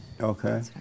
Okay